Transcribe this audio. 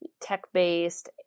tech-based